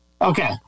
Okay